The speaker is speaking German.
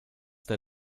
der